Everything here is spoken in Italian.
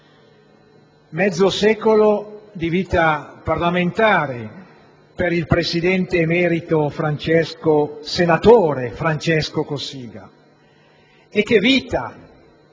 mezzo secolo di vita parlamentare per il presidente emerito, senatore Francesco Cossiga, e che vita,